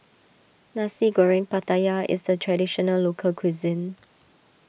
Nasi Goreng Pattaya is a Traditional Local Cuisine